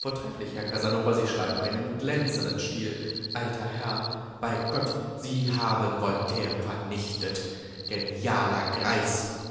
vortrefflich herr casanova sie schreiben einen glänzenden stil alter herr bei gott sie haben voltaire vernichtet genialer greis